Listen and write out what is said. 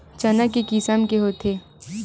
चना के किसम के होथे?